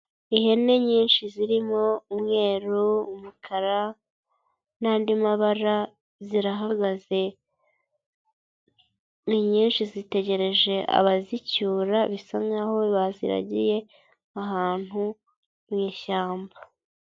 Ihene nyinshi zirimo umweru, umukara n'andi mabara zirahagaze. Ni nyinshi zitegereje abazicyura, bisa nkaho baziragiye ahantu mu ishyamba.